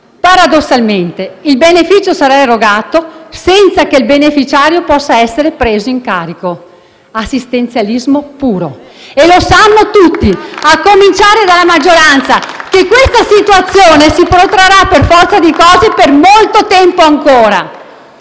paradossalmente sarà erogato senza che il beneficiario possa essere preso in carico: assistenzialismo puro e tutti sanno, a cominciare dalla maggioranza, che questa situazione si protrarrà per forza di cose per molto tempo ancora.